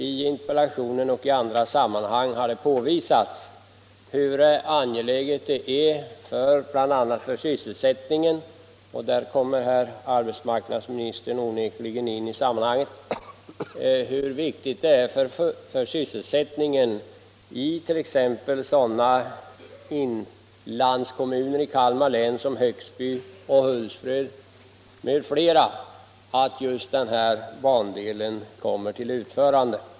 I interpellationen har jag — och det har skett även i andra sammanhang — påvisat hur angeläget det är bl.a. för sysselsättningen, och därför finns arbetsmarknadsministern onekligen med i bilden, inom sådana inlandskommuner som Högsby och Hultsfred att den här bandelen kommer till utförande.